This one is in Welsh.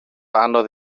anodd